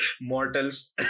Mortals